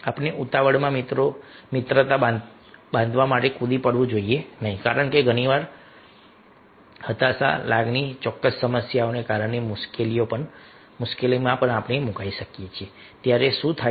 આપણે ઉતાવળમાં મિત્રતા બાંધવા માટે કૂદી પડવું જોઈએ નહીં કારણ કે ઘણી વખત આપણે લાગણી હતાશા ચોક્કસ સમસ્યાને કારણે મુશ્કેલીમાં મુકાઈ જઈએ છીએ ત્યારે શું થાય છે